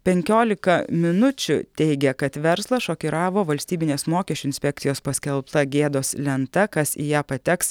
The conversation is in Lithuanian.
penkiolika minučių teigia kad verslą šokiravo valstybinės mokesčių inspekcijos paskelbta gėdos lenta kas į ją pateks